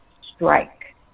strike